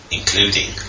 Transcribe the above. including